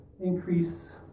increase